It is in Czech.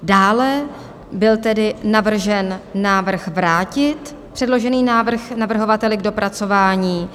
Dále byl navržen návrh vrátit předložený návrh navrhovateli k dopracování.